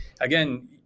again